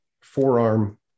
forearm